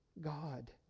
God